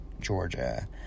Georgia